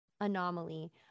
anomaly